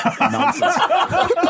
Nonsense